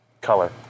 color